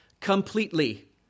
completely